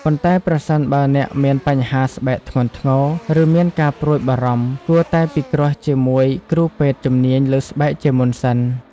ប៉ុន្តែប្រសិនបើអ្នកមានបញ្ហាស្បែកធ្ងន់ធ្ងរ ឬមានការព្រួយបារម្ភ គួរតែពិគ្រោះជាមួយគ្រូពេទ្យជំនាញសើស្បែកជាមុនសិន។